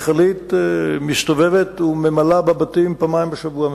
מכלית מסתובבת וממלאה מים בבתים פעמיים בשבוע.